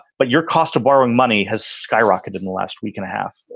but your cost of borrowing money has skyrocketed in the last week and a half.